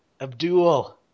Abdul